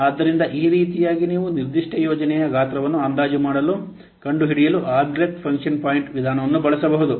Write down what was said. ಆದ್ದರಿಂದ ಈ ರೀತಿಯಾಗಿ ನೀವು ನಿರ್ದಿಷ್ಟ ಯೋಜನೆಯ ಗಾತ್ರವನ್ನು ಅಂದಾಜು ಮಾಡಲು ಕಂಡುಹಿಡಿಯಲು ಆಲ್ಬ್ರೆಕ್ಟ್ ಫಂಕ್ಷನ್ ಪಾಯಿಂಟ್ ವಿಧಾನವನ್ನು ಬಳಸಬಹುದು